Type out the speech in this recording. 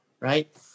right